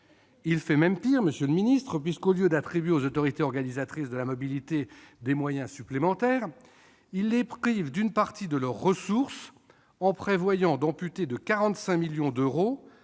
Pire, monsieur le secrétaire d'État, au lieu d'attribuer aux autorités organisatrices de la mobilité des moyens supplémentaires, il les prive d'une partie de leurs ressources, puisqu'il prévoit d'amputer de 45 millions d'euros